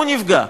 הוא נפגע.